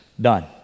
Done